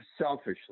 selfishly